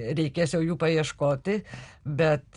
reikės jau jų paieškoti bet